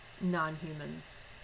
non-humans